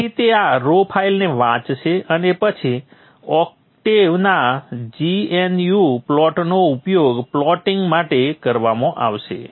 તેથી તે આ રૉ ફાઇલને વાંચશે અને પછી Octave ના gnu પ્લોટનો ઉપયોગ પ્લોટિંગ માટે કરવામાં આવશે